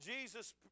Jesus